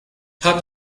hat